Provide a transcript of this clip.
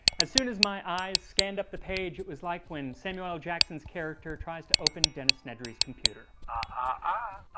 as soon as my eyes scanned up the page it was like when samuel jackson's character tries to open dennis nedry's computer, ah